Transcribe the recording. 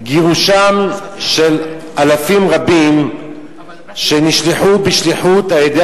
גירושם של אלפים רבים שנשלחו בשליחות על-ידי